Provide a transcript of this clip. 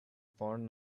found